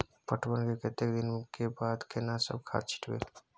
पटवन के कतेक दिन के बाद केना सब खाद छिटबै?